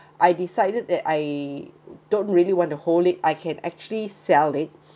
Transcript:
I decided that I don't really want to hold it I can actually sell it